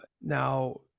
Now